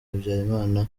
habyarimana